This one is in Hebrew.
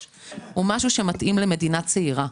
שמתאים למדינה צעירה,